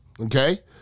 okay